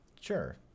sure